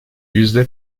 yüzde